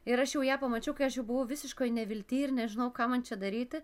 ir aš jau ją pamačiau kai aš jau buvau visiškoj nevilty ir nežinojau ką man čia daryti